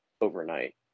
overnight